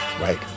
right